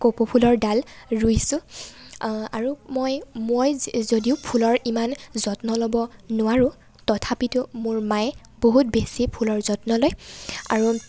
কপৌ ফুলৰ ডাল ৰুইছোঁ আৰু মই মই যদিও ইমান ফুলৰ যত্ন ল'ব নোৱাৰোঁ তথাপিতো মোৰ মায়ে বহুত বেছি ফুলৰ যত্ন লয় আৰু